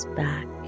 back